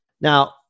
now